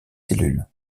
cellules